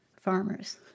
Farmers